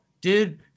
dude